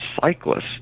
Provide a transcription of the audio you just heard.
cyclists